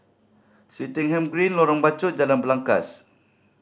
Swettenham Green Lorong Bachok Jalan Belangkas